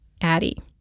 Addie